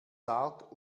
zart